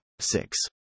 six